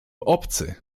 obcy